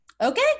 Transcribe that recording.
Okay